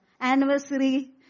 anniversary